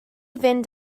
fynd